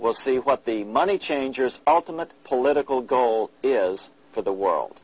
we'll see what the money changers ultimate political goal is for the world